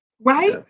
right